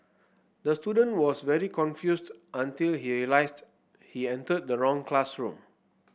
the student was very confused until he realised he entered the wrong classroom